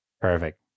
perfect